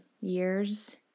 years